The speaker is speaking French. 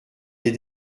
des